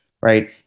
right